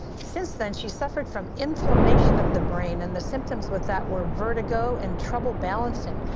since then she suffered from inflammation of the brain and the symptoms with that were vertigo and trouble balancing.